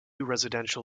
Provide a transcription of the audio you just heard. residential